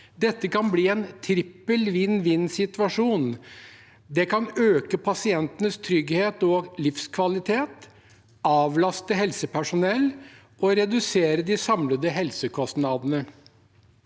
Dette kan bli en trippel vinn-vinn-situasjon. Det kan øke pasientenes trygghet og livskvalitet, avlaste helsepersonell og redusere de samlede helsekostnadene.